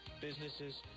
businesses